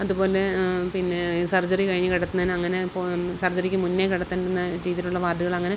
അതുപോലെ പിന്നെ സർജറി കഴിഞ്ഞു കിടക്കുന്നതിന് അങ്ങനെ പോകും സർജറിക്കു മുൻപേ കിടത്തുന്ന രീതിയിലുള്ള വാർഡുകളങ്ങനെ